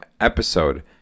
episode